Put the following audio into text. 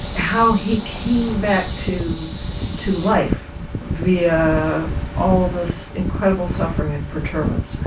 how he came back to to life via all this incredible suffering and perturbance.